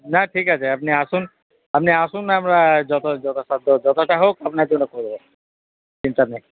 না ঠিক আছে আপনি আসুন আপনি আসুন আমরা যত যথাসাধ্য যতটা হোক আপনার জন্য করব চিন্তা নেই